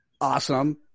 Awesome